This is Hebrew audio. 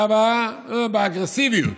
באגרסיביות.